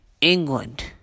England